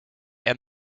and